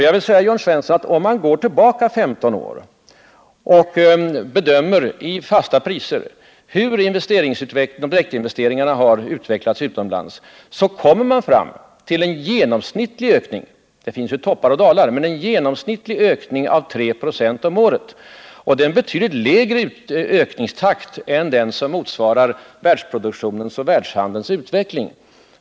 Jag vill säga till Jörn Svensson, att om man går tillbaka 15 år och bedömer i fasta priser hur våra direktinvesteringar utomlands har utvecklats så kommer man fram till en genomsnittlig ökning — det finns ju toppar och dalar — av 3 96 om året. Det är en betydligt lägre ökningstakt än den som motsvarar världsproduktionens och världshandelns ökning.